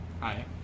Hi